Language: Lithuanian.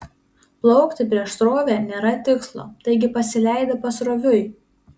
plaukti prieš srovę nėra tikslo taigi pasileidi pasroviui